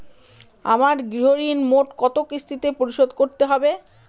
আমার গৃহঋণ মোট কত কিস্তিতে পরিশোধ করতে হবে?